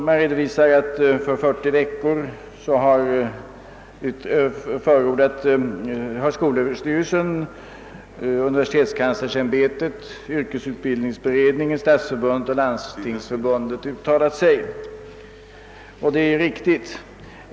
Man redovisar att bl.a. skolöverstyrelsen, universitetskanslersämbetet, yrkesutbildningsberedningen, Svenska stadsförbundet och Svenska landstingsförbundet har uttalat sig för 40 veckor. Detta är riktigt.